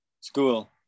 School